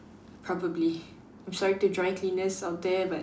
probably I'm sorry to dry cleaners out there but